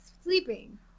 sleeping